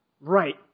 Right